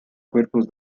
cuerpos